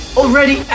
already